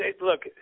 look